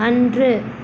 அன்று